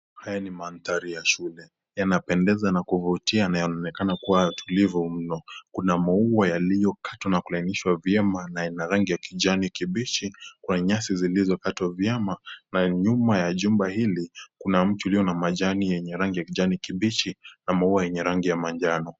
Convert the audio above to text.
Haya ni mandari ya shule yana pendeza na kuvutia na kuonekana kuwa na tulivu mno, kuna maua yaliyo katwa na kulainishwa vyema na yana rangi ya kijani kibichi kwa nyasi zilizo katwa vyema na nyuma ya jengo hili kuna mti mwenye machani yenye rangi ya kijani kibichi na maua yenye rangi ya manjno.